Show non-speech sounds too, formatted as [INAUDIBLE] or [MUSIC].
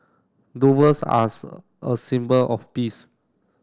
[UNINTELLIGIBLE] are a symbol of peace